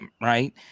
right